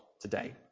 today